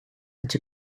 into